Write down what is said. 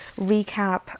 recap